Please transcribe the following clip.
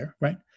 Right